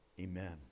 amen